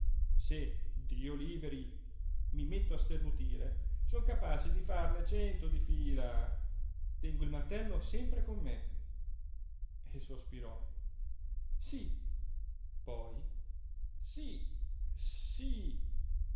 diego se dio liberi mi metto a sternutire son capace di farne cento di fila tengo il mantello sempre con me e sospirò sí poi sí sí